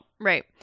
Right